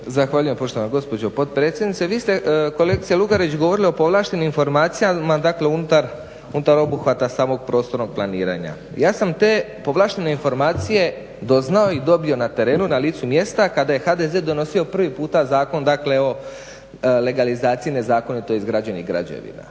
Zahvaljujem poštovana gospođo potpredsjednice. Vi ste kolegice Lugarić govorili o povlaštenim informacijama dakle unutar obuhvata samog prostornog planiranja. Ja sam te povlaštene informacije doznao i dobio na terenu na licu mjesta kada je HDZ donosio prvi puta Zakon dakle o legalizaciji nezakonito izgrađenih građevina.